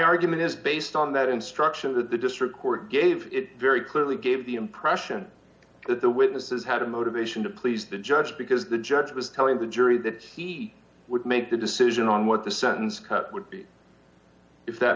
argument is based on that instruction that the district court gave it very clearly gave the impression that the witnesses had a motivation to please the judge because the judge was telling the jury that he would make the decision on what the sentence cut would be if that